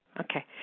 Okay